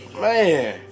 Man